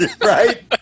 Right